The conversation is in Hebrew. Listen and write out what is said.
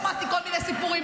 שמעתי כל מיני סיפורים.